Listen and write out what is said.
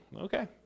Okay